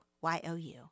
Y-O-U